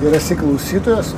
ir esi klausytojas